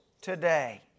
today